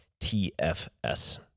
TFS